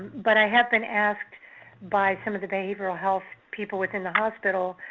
but i have been asked by some of the behavioral health people within the hospital,